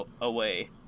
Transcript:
away